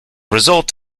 result